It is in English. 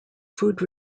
food